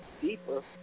deeper